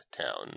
town